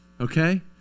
Okay